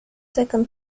second